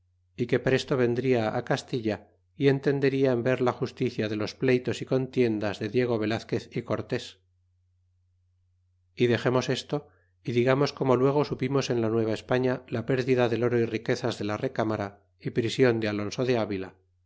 y que presto vendria á castilla y entenderla en ver la justicia de los pleitos y contiendas de diego velazquez y cortés y dexeinos esto y digamos como luego supimos en la nueva españa la pérdida del oro y riquezas de la recámara y prision de alonso de avila